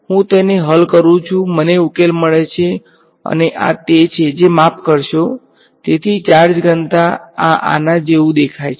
હું તેને હલ કરું છું મને ઉકેલ મળે છે અને આ તે છે જે માફ કરશો તેથી ચાર્જ ઘનતા આ આના જેવું દેખાય છે